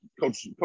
Coach